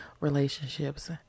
relationships